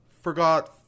forgot